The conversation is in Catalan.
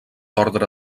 ordre